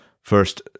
First